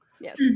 Yes